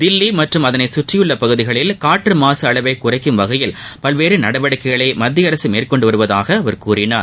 தில்லி மற்றும் அதனை கற்றியுள்ள பகுதிகளில் காற்று மாசு அளவை குறைக்கும் வகையில் பல்வேறு நடவடிக்கைகளை மத்திய அரசு மேற்கொண்டு வருவதாக அவர் கூறினார்